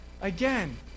Again